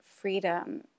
freedom